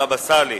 הבבא סאלי,